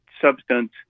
substance